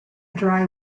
dry